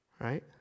Right